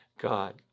God